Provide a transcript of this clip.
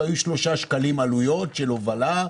והיו עלויות של שלושה שקלים על הובלה,